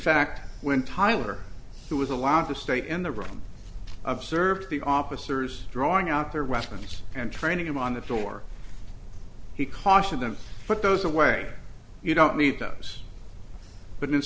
fact when tyler who was allowed to stay in the room of served the officers drawing out their weapons and training him on the floor he cautioned them put those away you don't meet those but